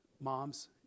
mom's